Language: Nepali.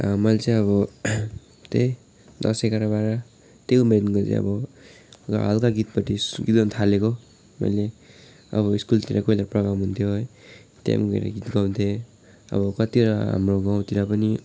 मैले चाहिँ अब त्यही दस एघार बाह्र त्यो उमेरदेखि चाहिँ अब हल्का गीतपट्टि गीत गाउनु थालेको मैले अब स्कुलतिर कहिले प्रोग्राम हुन्थ्यो है त्यहाँ पनि गएर गीत गाउँथेँ अब कतिवटा हाम्रो गाउँतिर पनि